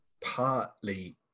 partly